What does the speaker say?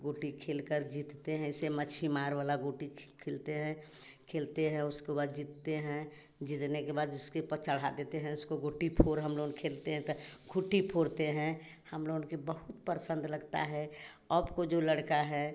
गोटी खेलकर जीतते हैं ऐसे मछली मार वाला गोटी खेलते हैं खेलते हैं उसके बाद जीतते हैं जीतने के बाद जिसके उपर चढ़ा देते हैं उसको गोट्टी फोर हम लोग खलते हैं ता खुट्टी फोड़ते हैं हम लोगन के बहुत परसंद लगता है अब को जो लड़का हैं